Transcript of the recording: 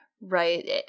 right